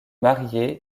marié